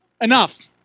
enough